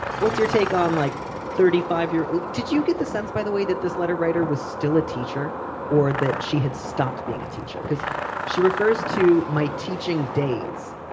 what's your take on like thirty five years did you get the sense by the way that this letter writer was still a teacher or that she had stopped being a teacher because she refers to my teaching days